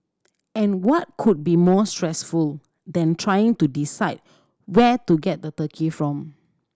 and what could be more stressful than trying to decide where to get the turkey from